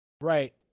Right